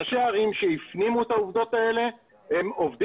ראשי ערים שהפנימו את העובדות האלו עובדים